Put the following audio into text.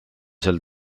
seal